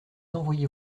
envoyer